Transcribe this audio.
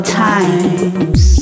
times